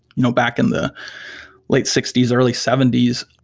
you know back in the late sixty s, early seventy s,